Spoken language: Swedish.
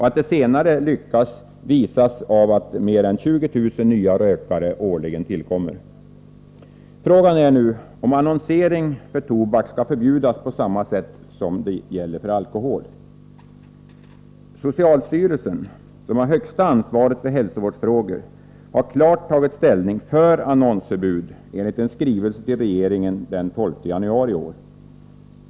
Att det senare lyckas visas av att mer än 20 000 nya rökare årligen tillkommer. Frågan är nu om annonsering för tobak skall förbjudas på samma sätt som gäller för alkohol. Socialstyrelsen, som har högsta ansvaret för hälsovårdsfrågor, har klart tagit ställning för annonsförbud enligt en skrivelse till regeringen den 12 januari i år.